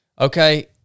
okay